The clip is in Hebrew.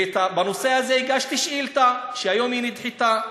ובנושא הזה הגשתי שאילתה, שהיום נדחתה.